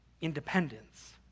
Independence